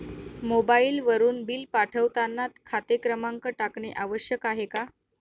मोबाईलवरून बिल पाठवताना खाते क्रमांक टाकणे आवश्यक आहे का?